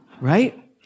right